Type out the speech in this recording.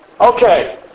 Okay